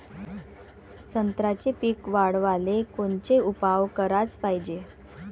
संत्र्याचं पीक वाढवाले कोनचे उपाव कराच पायजे?